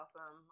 awesome